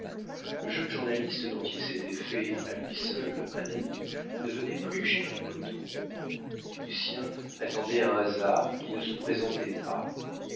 le jeune journaliste dont il s'était fait à lui seul un ami ne venait plus chez flicoteaux lucien attendait un hasard qui ne se présentait pas